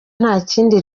ntakindi